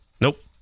Nope